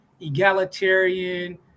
egalitarian